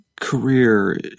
career